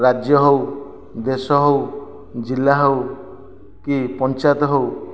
ରାଜ୍ୟ ହେଉ ଦେଶ ହେଉ ଜିଲ୍ଲା ହେଉ କି ପଞ୍ଚାୟତ ହେଉ